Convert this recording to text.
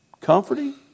comforting